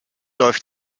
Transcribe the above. läuft